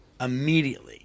Immediately